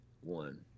one